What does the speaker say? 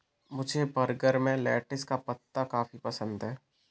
मुझे बर्गर में लेटिस का पत्ता काफी पसंद है